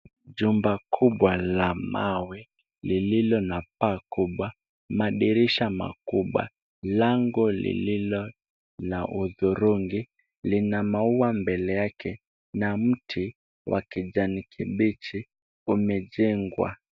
Chumba kubwa la mawe, lililo na paa kubwa, madirisha makubwa .Lango lililo na hudhurungi ,lina maua mbele yake ,na mti kwa kijani kibichi umejengwa.